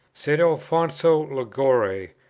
st. alfonso liguori,